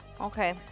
Okay